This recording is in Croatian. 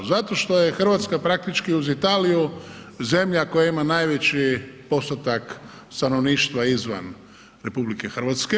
Zato što je Hrvatska praktički uz Italiju zemlja koja ima najveći postotak stanovništva izvan RH.